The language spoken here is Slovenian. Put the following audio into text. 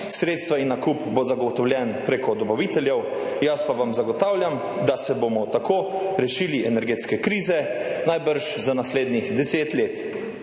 Sredstva in nakup bo zagotovljen preko dobaviteljev. Jaz pa vam zagotavljam, da se bomo tako rešili energetske krize najbrž za naslednjih deset let.